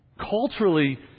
culturally